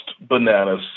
bananas